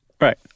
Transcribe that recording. Right